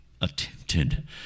attempted